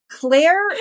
Claire